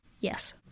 Yes